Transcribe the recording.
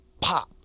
pop